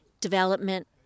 development